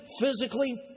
physically